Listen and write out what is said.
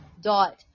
dot